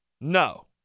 no